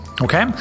Okay